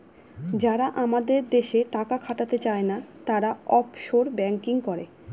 যারা আমাদের দেশে টাকা খাটাতে চায়না, তারা অফশোর ব্যাঙ্কিং করে